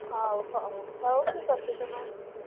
ହଉ ହଉ ଠିକ୍ ଅଛି ତୁମେ ଆସ